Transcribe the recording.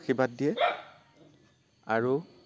আশীৰ্বাদ দিয়ে আৰু